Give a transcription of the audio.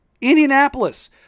Indianapolis